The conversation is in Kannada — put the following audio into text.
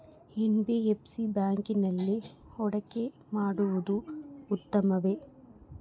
ಎನ್.ಬಿ.ಎಫ್.ಸಿ ಬ್ಯಾಂಕಿನಲ್ಲಿ ಹೂಡಿಕೆ ಮಾಡುವುದು ಉತ್ತಮವೆ?